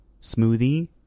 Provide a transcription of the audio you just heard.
smoothie